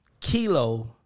Kilo